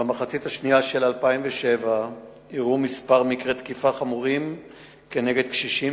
במחצית השנייה של 2007 אירעו כמה מקרי תקיפה חמורים כנגד קשישים,